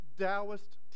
Taoist